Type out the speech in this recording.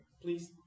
please